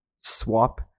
swap